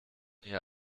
hier